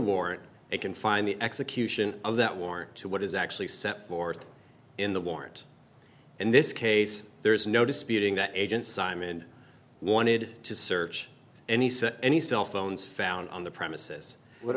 warrant they can find the execution of that war to what is actually set forth in the warrant in this case there is no disputing that agent simon wanted to search any set any cell phones found on the premises what